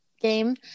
game